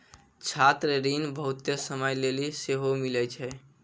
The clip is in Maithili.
छात्र ऋण बहुते समय लेली सेहो मिलै छै